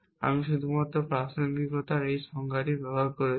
আমি শুধুমাত্র প্রাসঙ্গিকতার এই সংজ্ঞাটি ব্যবহার করছি